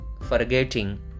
forgetting